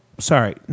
Sorry